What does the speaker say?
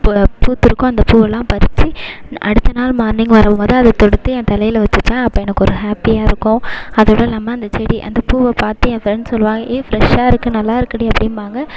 பூ பூத்திருக்கோ அந்த பூவெல்லாம் பறிச்சு அடுத்த நாள் மார்னிங் வரும்போது அதை தொடுத்து ஏ தலையில் வச்சுப்பேன் அப்போ எனக்கு ஒரு ஹாப்பியாக இருக்கும் அதோட இல்லாமல் அந்த செடி அந்த பூவை பார்த்து என் ஃப்ரெண்ஸ் சொல்லுவாங்க ஏ ஃப்ரெஷாக இருக்குது நல்லா இருக்குடி அப்படிம்பாங்க